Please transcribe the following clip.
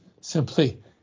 simply